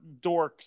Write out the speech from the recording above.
dorks